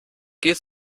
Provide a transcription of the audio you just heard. geht